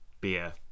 beer